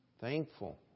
thankful